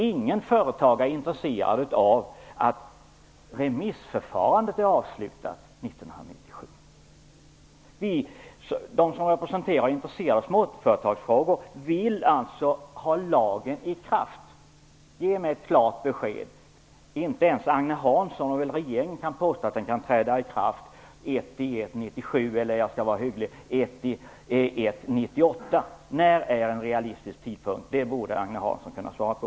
Ingen företagare är intresserad av att remissförfarandet är avslutat 1997. De som representerar småföretagen vill ha lagen i kraft. Ge mig ett klart besked! Inte ens Agne Hansson eller regeringen kan påstå att den kan träda i kraft den 1 1 1998. När är en realistisk tidpunkt? Det borde Agne Hansson kunna svara på.